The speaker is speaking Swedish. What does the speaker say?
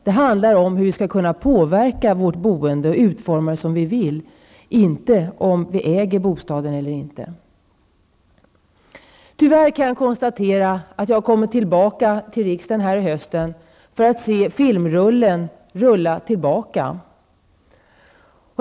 Det handlar om hur vi skall kunna påverka vårt boende och utforma det som vi vill, inte om vi äger bostaden eller inte. Tyvärr kan jag konstatera att jag har kommit tillbaka till riksdagen denna höst för att se filmrullen rulla tillbaka.